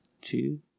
two